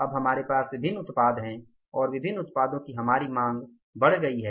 अब हमारे पास विभिन्न उत्पाद है और विभिन्न उत्पादों की हमारी मांग बढ़ गई है